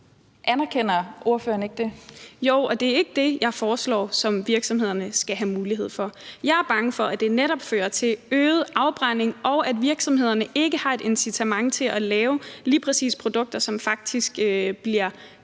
12:47 Mai Villadsen (EL): Jo, og det er ikke det, jeg foreslår at virksomhederne skal have mulighed for. Jeg er bange for, at det netop fører til øget afbrænding, og at virksomhederne ikke har et incitament til at lave produkter, som faktisk lige